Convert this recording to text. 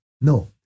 No